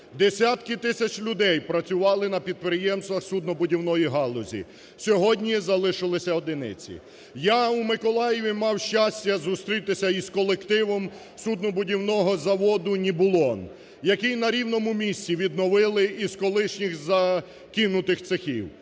Десятки тисяч людей працювали на підприємствах суднобудівної галузі, сьогодні залишилися одиниці. Я в Миколаєві мав щастя зустрітися із колективом суднобудівного заводу "Нібулон", який на рівному місці відновили із колишніх закинутих цехів.